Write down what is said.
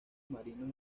marinos